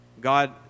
God